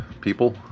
people